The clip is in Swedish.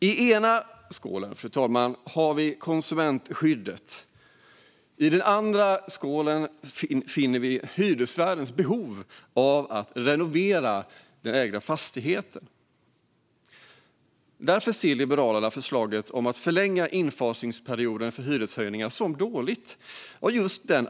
I ena vågskålen, fru talman, har vi konsumentskyddet, och i den andra finner vi hyresvärdens behov av att renovera den egna fastigheten. Därför ser Liberalerna förslaget om att förlänga infasningsperioden för hyreshöjningar som dåligt.